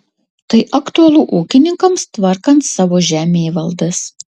tai aktualu ūkininkams tvarkant savo žemėvaldas